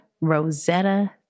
Rosetta